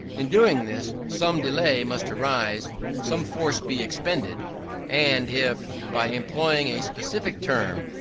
in doing this, some delay must arise some force be expended and if, by employing a specific term,